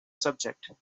subject